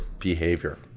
Behavior